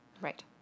Right